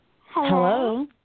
Hello